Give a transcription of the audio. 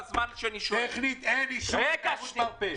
טכנית אין אישור תיירות מרפא.